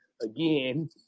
Again